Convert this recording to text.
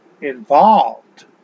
involved